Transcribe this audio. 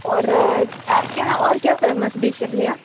और आपके यहाँ और क्या फेमस डिश है भैया